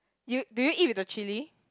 you do you eat with the chili